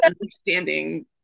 understanding